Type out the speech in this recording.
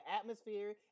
atmosphere